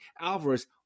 Alvarez